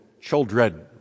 children